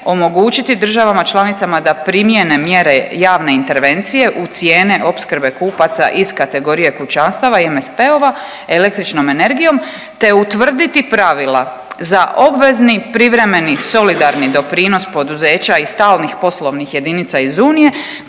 omogućiti državama članicama da primjene mjere javne intervencije u cijene opskrbe kupaca iz kategorije kućanstava i MSP-ova električnom energijom te utvrditi pravila za obvezni privremeni solidarni doprinos poduzeća i stalnih poslovnih jedinica iz Unije